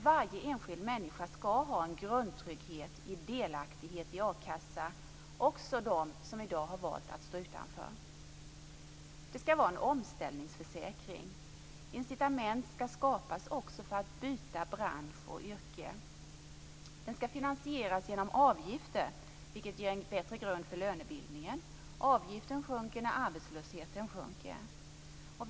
Varje enskild människa skall ha en grundtrygghet i delaktighet i a-kassa - också de som i dag har valt att stå utanför. Det skall vara en omställningsförsäkring. Incitament skall skapas för att också byta bransch och yrke. Försäkringen skall finansieras genom avgifter, vilket ger en bättre grund för lönebildningen. Avgiften sjunker när arbetslösheten sjunker.